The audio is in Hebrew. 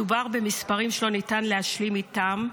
מדובר במספרים שלא ניתן להשלים איתם.